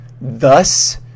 thus